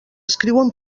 escriuen